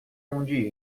onde